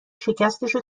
شکستشو